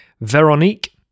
Veronique